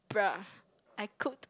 bre I cooked